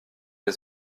des